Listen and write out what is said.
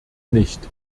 nicht